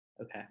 Okay